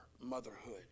motherhood